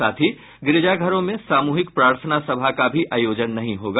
साथ ही गिरिजाघरों में सामूहिक प्रार्थना सभा का भी आयोजन नहीं होगा